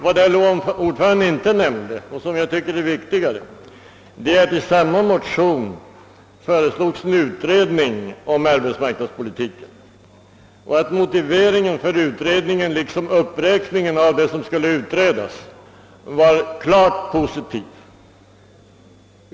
Vad LO-ordföranden inte nämnde och som enligt min mening är viktigare är att det i samma motion som den, där ni redovisade nyssnämnda bedömning föreslogs en utredning om arbetsmarknadspolitiken och att motiveringen för utredningen liksom uppräkningen av det som skulle utredas var klart positiv.